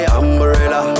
umbrella